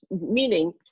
Meaning